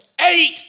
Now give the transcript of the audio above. eight